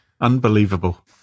Unbelievable